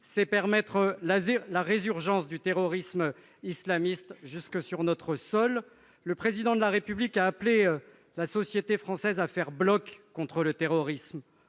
c'est permettre la résurgence du terrorisme islamiste jusque sur notre sol. Le Président de la République a appelé la société française à faire bloc contre le terrorisme.